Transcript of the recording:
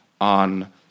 on